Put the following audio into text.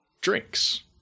drinks